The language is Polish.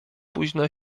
późna